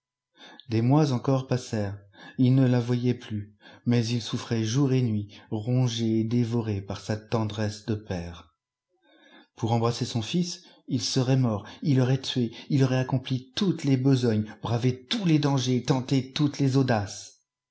des mois encore passèrent il ne la voyait plus mais il souffrait jour et nuit rongé dévoré par sa tendresse de père pour embrasser son fils il serait mort il aurait tué il aurait accompli toutes les besognes bravé tous les dangers tenté toutes les audaces